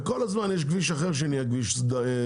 וכל הזמן יש כביש אחר שירגיש בעייתי,